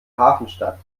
hafenstadt